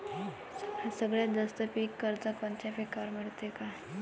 सगळ्यात जास्त पीक कर्ज कोनच्या पिकावर मिळते?